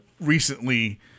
recently